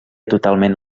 totalment